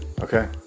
Okay